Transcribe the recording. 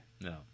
No